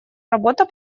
работа